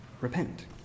repent